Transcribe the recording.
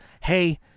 hey